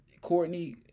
Courtney